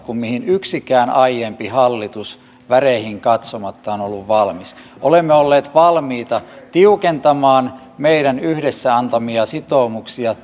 kuin mihin yksikään aiempi hallitus väreihin katsomatta on ollut valmis olemme olleet valmiita tiukentamaan meidän yhdessä antamiamme sitoumuksia